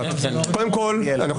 קודם כול, אני